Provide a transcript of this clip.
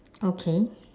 okay